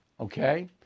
okay